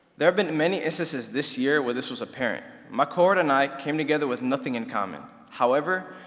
there have been many instances this year where this was apparent. my cohort and i came together with nothing in common. however,